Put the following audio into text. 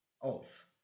off